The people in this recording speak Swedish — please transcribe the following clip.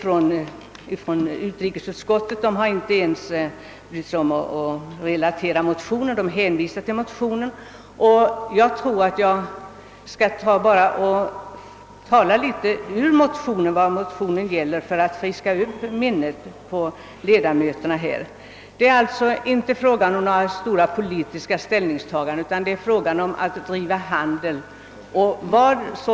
Jag skall därför för att friska upp minnet på ledamöterna redogöra för vad som sägs i motionen. Det är inte fråga om att göra några stora politiska ställningstaganden utan det är fråga om att göra det möjligt att driva handel.